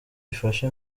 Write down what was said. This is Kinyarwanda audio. ifashe